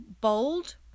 bold